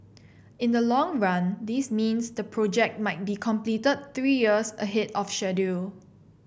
in the long run this means the project might be completed three years ahead of schedule